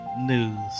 news